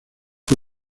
que